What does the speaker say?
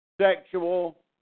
sexual